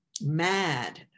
mad